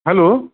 hello